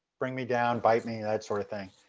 bring me down, bite me, that sort of thing.